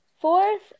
Fourth